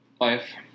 Life